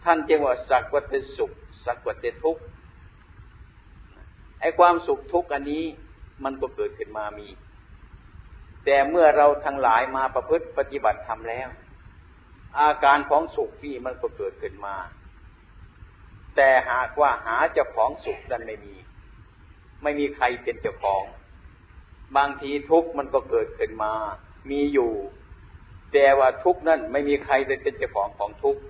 ท่านเจียวว่าสักวัตถุสุข สักวัตถุทุกข์ ไอ้ความสุขทุกข์อันนี้มันก็เกิดขึ้นมามี แต่เมื่อเราทั้งหลายมาประพฤติปฏิบัติธรรมแล้ว อาการของสุขนี่มันก็เกิดขึ้นมา แต่หากว่าหาเจ้าของสุขนั่นไม่มี ไม่มีใครเป็นเจ้าของ บางทีทุกข์มันก็เกิดขึ้นมามีอยู่ แต่ว่าทุกข์นั่นไม่มีใครได้เป็นเจ้าของของทุกข์